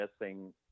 missing